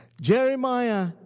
Jeremiah